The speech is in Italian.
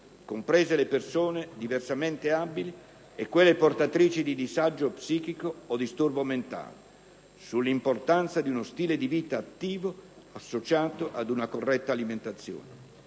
(comprese le persone diversamente abili e quelle portatrici di disagio psichico o disturbo mentale) sull'importanza di uno stile di vita attivo, associato ad una corretta alimentazione.